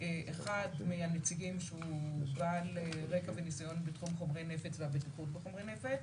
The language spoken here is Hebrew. אחד מהנציגים שהוא בעל רקע וניסיון בתחום חומרי נפץ והבטיחות בחומרי נפץ